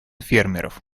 фермеров